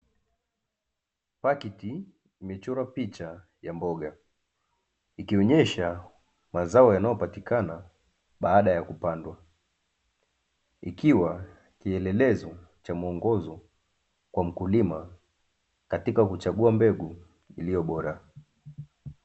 Pakiti imechorwa picha ya mboga ikionyesha mazao yanayopatikana baada ya kupandwa, ikiwa kielelezo cha muongozo kwa mkulima katika kuchagua mbegu iliyo bora.